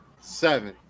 seven